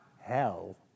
hell